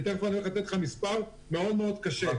כי תיכף אני הולך לתת לך מספר מאוד מאוד קשה.